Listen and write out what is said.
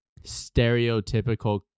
stereotypical